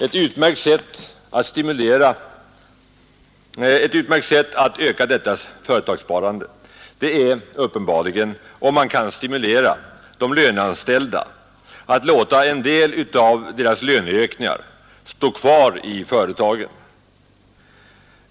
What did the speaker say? Ett utmärkt sätt att öka detta företagssparande är uppenbarligen, om man kan stimulera de löneanställda att låta en del av deras löneökningar stå kvar i företagen.